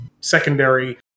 secondary